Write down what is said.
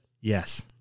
Yes